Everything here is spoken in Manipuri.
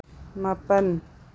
ꯃꯥꯄꯜ